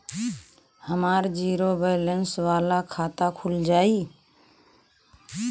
हमार zero balance वाला खाता खुल जाई?